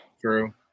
True